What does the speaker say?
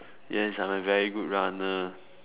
yes I'm a very good runner